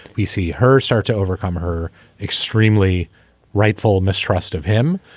we see her start to overcome her extremely rightful mistrust of him.